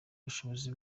bushobozi